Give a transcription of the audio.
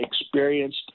experienced